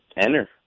Enter